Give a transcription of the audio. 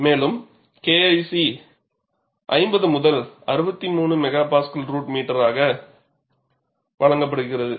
மேலும் KIC 50 முதல் 63 MPa √m ஆக வழங்கப்படுகிறது